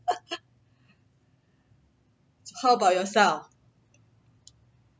how about yourself